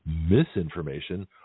misinformation